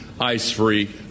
ice-free